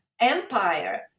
empire